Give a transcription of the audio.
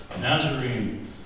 Nazarene